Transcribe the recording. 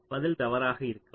பதில் தவறாக இருக்கலாம்